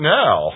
now